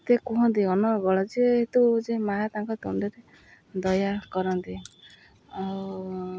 ଏତେ କୁହନ୍ତି ଅନରଗଳ ଯେ ହେତୁ ଯେ ମା' ତାଙ୍କ ତୁଣ୍ଡରେ ଦୟା କରନ୍ତି ଆଉ